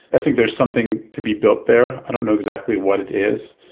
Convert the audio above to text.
i think there's something to be built there. i don't know exactly what it is.